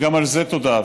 תודה.